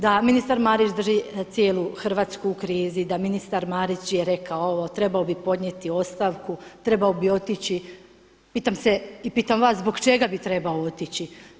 Da ministar Marić drži cijelu Hrvatsku u krizi, da ministar Marić je rekao ovo, trebao bi podnijeti ostavku, trebao bi otići, pitam se i pitam vas zbog čega bi trebao otići.